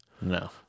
No